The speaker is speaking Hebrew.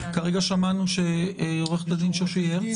כרגע שמענו שעו"ד שושי הרץ היא חברה בוועדה.